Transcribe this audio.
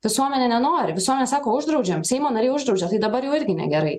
visuomenė nenori visuomenė sako uždraudžiam seimo nariai uždraudžiam tai dabar jau irgi negerai